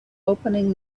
opening